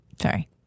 Sorry